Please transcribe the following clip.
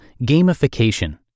Gamification